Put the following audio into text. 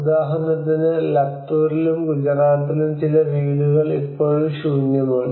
ഉദാഹരണത്തിന് ലത്തൂരിലും ഗുജറാത്തിലും ചില വീടുകൾ ഇപ്പോഴും ശൂന്യമാണ്